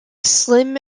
slim